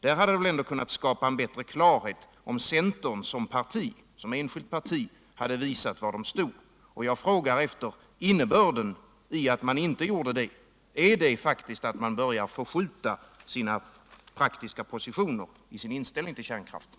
Där hade det väl ändå kunnat skapa en större klarhet om centern som enskilt parti visat var partiet stod. Jag frågar efter innebörden i att man inte gjorde detta. Börjar centern faktiskt förskjuta sina praktiska positioner i fråga om inställningen till kärnkraften?